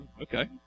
Okay